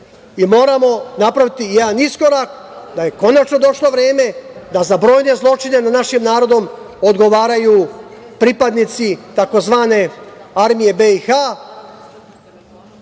moramo napraviti jedan iskorak da je konačno došlo vreme da za brojne zločine nad našim narodom odgovaraju pripadnici, takozvane, armije BiH,